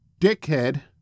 dickhead